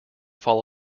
fall